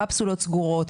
קפסולות סגורות,